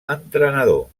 entrenador